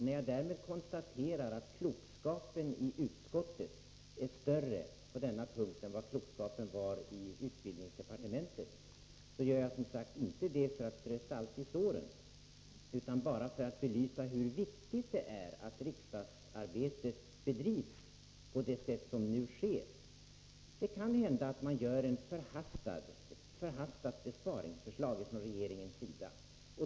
När jag därmed konstaterar att klokskapen i utskottet är större på denna punkt än vad klokskapen var i utbildningsdepartementet, så gör jag som sagt inte det för att strö salt i såren utan bara för att belysa hur viktigt det är att riksdagsarbetet bedrivs på det sätt som nu sker. Det kan hända att det läggs fram ett förhastat besparingsförslag från regeringens sida.